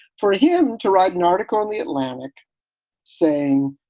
for him to write an article in the atlantic saying.